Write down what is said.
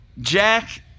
Jack